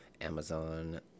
amazon